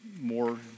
more